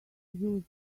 used